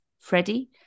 Freddie